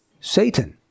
Satan